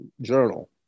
journal